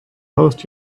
post